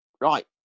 Right